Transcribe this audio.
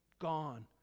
gone